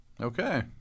Okay